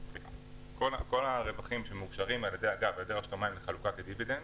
כל הרווחים שמאושרים על ידי רשות המים לחלוקה כדיבידנד,